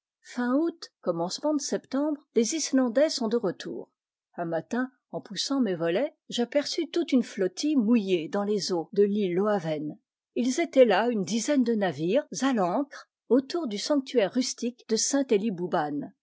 fin août commencement de septembre les islandais sont de retour un matin en poussant mes volets j'aperçus toute une flottille mouillée dans les eaux de l'île loaven ils étaient là une dizaine de navires à l'ancre autour du sanctuaire rustique de